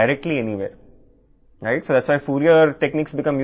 కాబట్టి ఫ్రీక్వెన్సీ డొమైన్లోకి వెళ్లడానికి ఫోరియర్ టెక్నిక్స్ ఉపయోగకరంగా మారాయి